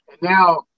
now